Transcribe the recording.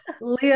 Leo